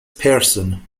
person